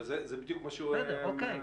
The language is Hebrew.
בסדר, אבל זה בדיוק מה שהוא --- בסדר, אוקיי.